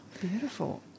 Beautiful